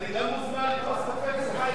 ההצעה להעביר את הנושא לוועדת הכספים נתקבלה.